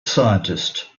scientist